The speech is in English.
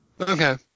Okay